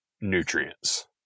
nutrients